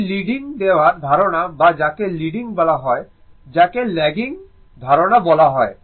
এটি লিডিং দেওয়ার ধারণা বা যাকে লিডিং বলা হয় বা যাকে ল্যাগিং ধারণা বলা হয়